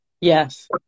yes